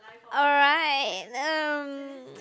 alright um